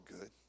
good